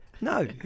No